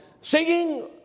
singing